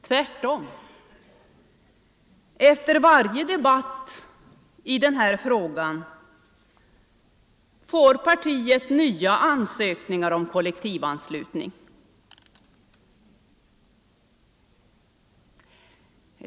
Tvärtom får partiet efter varje debatt i den här frågan nya ansökningar om kollektivanslutning.